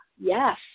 Yes